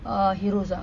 ah heroes ah